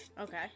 Okay